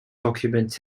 documents